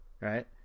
right